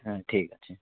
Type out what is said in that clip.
হ্যাঁ ঠিক আছে